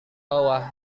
bahwa